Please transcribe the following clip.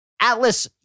Atlas